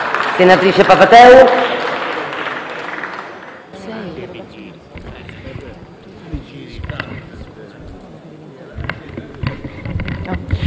Presidente,